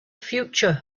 future